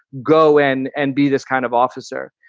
go in and be this kind of officer.